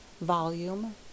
volume